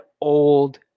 old